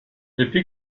depuis